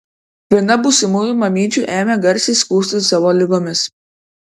viena būsimųjų mamyčių ėmė garsiai skųstis savo ligomis